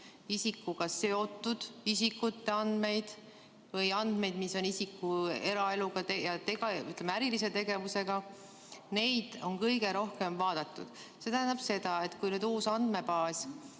isikuga seotud isikute andmeid või andmeid, mis on seotud isiku eraeluga, ja ütleme, ärilise tegevusega. Neid on kõige rohkem vaadatud. See tähendab seda, et kui nüüd uut andmebaasi